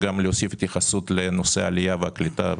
להוסיף התייחסות גם לנושא העלייה והקליטה,